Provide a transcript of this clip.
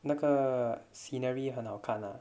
那个 scenery 很好看 ah